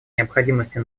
необходимости